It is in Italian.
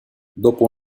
dopo